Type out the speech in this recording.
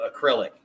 acrylic